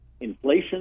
Inflation